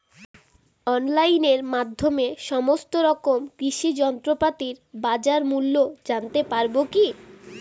অনলাইনের মাধ্যমে সমস্ত রকম কৃষি যন্ত্রপাতির বাজার মূল্য জানতে পারবো কি?